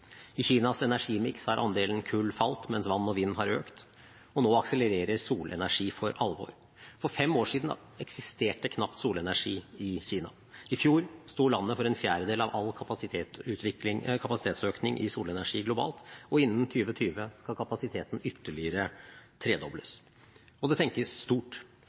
I Kinas energimiks har andelen kull falt mens vann og vind har økt. Nå akselererer solenergi for alvor. For fem år siden eksisterte knapt solenergi i Kina. I fjor sto landet for en fjerdedel av all kapasitetsøkning i solenergi globalt, og innen 2020 skal kapasiteten ytterligere tredobles. Og det tenkes stort.